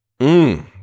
Mmm